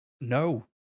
No